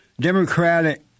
Democratic